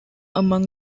among